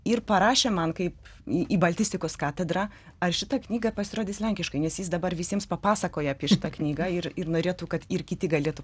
ir parašė man kaip į į baltistikos katedrą ar šita knyga pasirodys lenkiškai nes jis dabar visiems papasakoja apie šitą knygą ir ir norėtų kad ir kiti galėtų